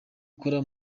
ukora